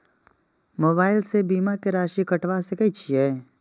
Mobile से बीमा के राशि कटवा सके छिऐ?